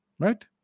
Right